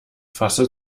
fasse